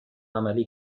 عملی